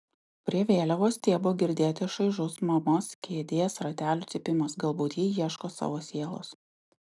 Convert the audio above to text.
prie vėliavos stiebo girdėti šaižus mamos kėdės ratelių cypimas galbūt ji ieško savo sielos